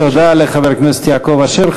תודה לחבר הכנסת יעקב אשר.